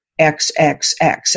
XXX